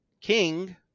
king